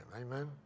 Amen